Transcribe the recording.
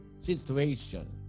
situation